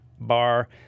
bar